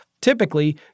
Typically